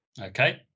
Okay